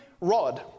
rod